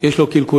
יש בו קלקולים,